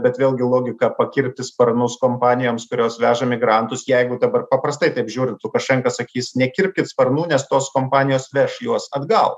bet vėlgi logika pakirpti sparnus kompanijoms kurios veža migrantus jeigu dabar paprastai taip žiūrint lukašenka sakys nekirpkit sparnų nes tos kompanijos veš juos atgal